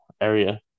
area